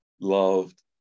loved